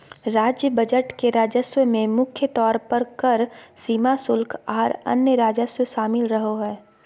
राज्य बजट के राजस्व में मुख्य तौर पर कर, सीमा शुल्क, आर अन्य राजस्व शामिल रहो हय